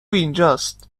اینجاست